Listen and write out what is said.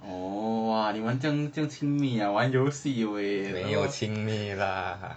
orh !wah! 你们这样亲密这样亲密啊玩游戏 eh